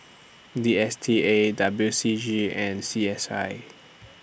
D S T A W C G and C S I